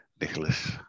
Nicholas